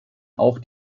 auch